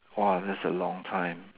!wah! that's a long time